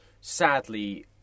sadly